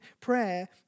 prayer